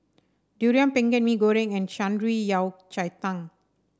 Durian Pengat Mee Goreng and Shan Rui Yao Cai Tang